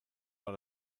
war